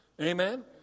Amen